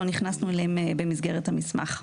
לא נכנסו אליהם במסגרת המסמך.